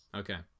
okay